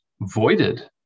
voided